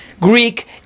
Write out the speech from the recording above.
Greek